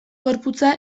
gorputza